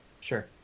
Sure